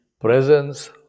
presence